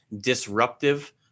disruptive